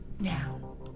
now